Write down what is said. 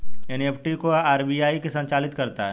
NEFT को RBI ही संचालित करता है